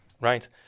right